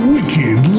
Wicked